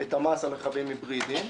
את המס על רכבים היברידיים.